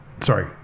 Sorry